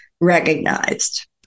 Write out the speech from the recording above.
recognized